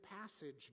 passage